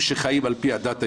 שחיים על פי הדת היהודית,